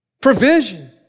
Provision